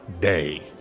day